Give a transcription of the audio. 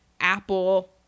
Apple